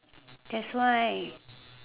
that's why